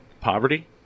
poverty